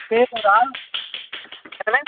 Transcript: ஏழு நூறா என்னாண்ணே